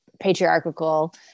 patriarchal